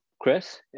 chris